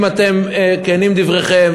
אם כנים דבריכם,